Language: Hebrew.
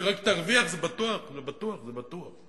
היא רק תרוויח, זה בטוח, זה בטוח, זה בטוח.